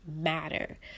matter